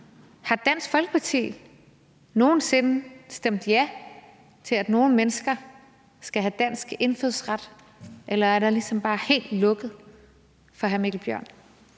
Har Dansk Folkeparti nogen sinde stemt ja til, at nogen mennesker skal have dansk indfødsret, eller er der ligesom bare helt lukket fra hr. Mikkel Bjørns